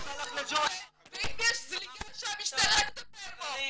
ואם יש זליגה שהמשטרה תטפל בו,